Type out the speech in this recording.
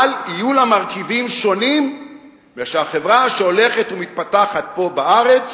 אבל יהיו לה מרכיבים שונים משל החברה שהולכת ומתפתחת פה בארץ,